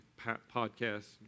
podcast